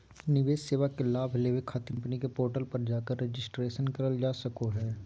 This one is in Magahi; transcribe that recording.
निवेश सेवा के लाभ लेबे खातिर हरेक कम्पनी के पोर्टल पर जाकर रजिस्ट्रेशन करल जा सको हय